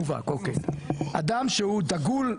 אדם שהוא דגול,